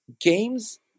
games